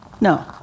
No